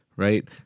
Right